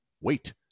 wait